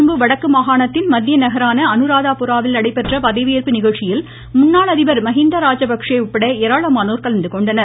கொழும்பு வடக்கு மாகாணத்தின் மத்திய நகரான அனுராதாபுராவில் நடைபெற்ற பதவியேற்பு நிகழ்ச்சியில் முன்னாள் அதிபர் மகிந்த ராஜபக்ஷே உட்பட ஏராளமானோர் கலந்துகொண்டனர்